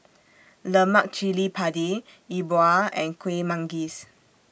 Lemak Cili Padi E Bua and Kuih Manggis